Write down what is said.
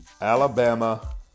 Alabama